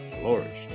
flourished